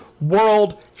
world